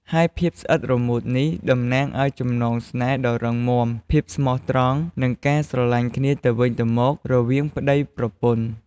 ហើយភាពស្អិតរមួតនេះ តំណាងឲ្យ ចំណងស្នេហ៍ដ៏រឹងមាំ ភាពស្មោះត្រង់ និងការស្រឡាញ់គ្នាទៅវិញទៅមក រវាងប្ដីប្រពន្ធ។